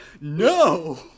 no